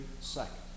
second